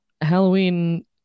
Halloween